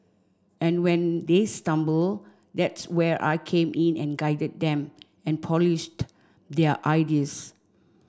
and when they stumble that's where I came in and guided them and polished their ideas